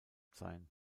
sein